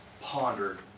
pondered